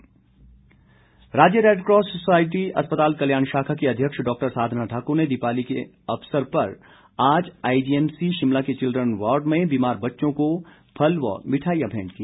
साधना ठाकुर राज्य Red Cross society अस्पताल कल्याण शाखा की अध्यक्ष डाक्टर साधना ठाकुर ने दिवाली के उपलक्ष्य पर आज आईजीएमसी शिमला के चिल्ड्रन वॉर्ड में बीमार बच्चों को फल व मिठाईयां भेंट की